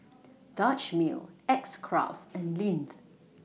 Dutch Mill X Craft and Lindt